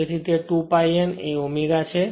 તેથી તે 2 π n એ ω છે